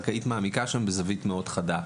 בחמישה וחצי מטר הקרקעית מעמיקה בזווית מאוד חדה.